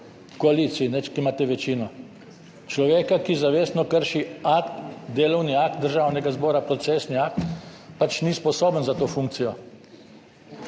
koaliciji, kjer imate večino. Človek, ki zavestno krši akt, delovni akt Državnega zbora, procesni akt, pač ni sposoben za to funkcijo.